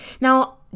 now